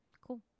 Cool